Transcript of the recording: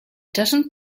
doesn’t